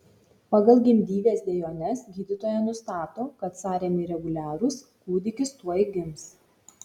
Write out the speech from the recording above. pagal gimdyvės dejones gydytoja nustato kad sąrėmiai reguliarūs kūdikis tuoj gims